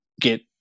get